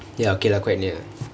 okay lah okay lah quite near